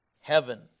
heaven